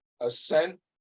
ascent